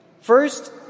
First